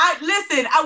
Listen